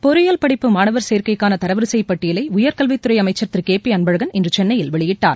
பொறியியல் படிப்பு மாணவர் சேர்க்கைக்கான தரவரிசைப் பட்டியலை உயர்கல்வித்துறை அமைச்சர் திரு கே பி அன்பழகன் இன்று சென்னையில் வெளியிட்டார்